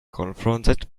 confronted